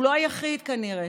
הוא לא היחיד כנראה,